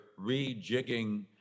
rejigging